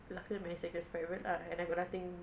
luckily my instagram is private lah and then got nothing